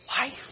Life